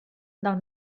del